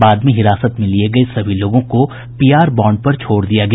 बाद में हिरासत में लिये गये सभी लोगों को पीआर बांड पर छोड़ दिया गया